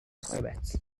toilets